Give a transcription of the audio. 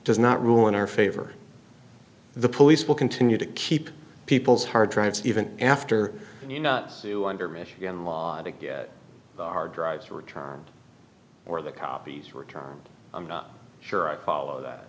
does not rule in our favor the police will continue to keep people's hard drives even after you not sue under michigan law to get the hard drives returned or the copies return i'm not sure i follow that